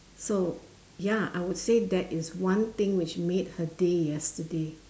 so ya I would say that is one thing which made her day yesterday